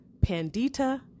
pandita